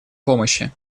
помощи